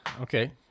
Okay